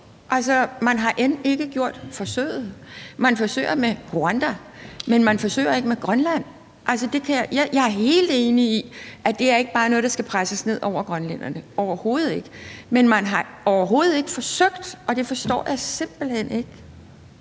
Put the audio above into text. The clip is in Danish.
Altså, man har end ikke gjort forsøget. Man forsøger med Rwanda, men man forsøger ikke med Grønland. Jeg er helt enig i, at det ikke bare er noget, der skal presses ned over grønlænderne – overhovedet ikke. Men man har overhovedet ikke forsøgt, og det forstår jeg simpelt hen ikke.